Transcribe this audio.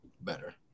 better